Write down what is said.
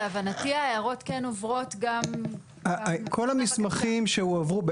להבנתי ההערות כן עוברות גם --- כל המסמכים שהועברו,